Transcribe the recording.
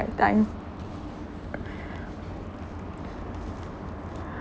time